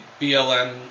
BLM